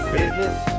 Business